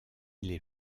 les